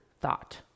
thought